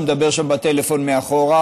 שמדבר שם בטלפון מאחור.